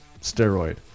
steroid